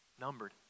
Numbered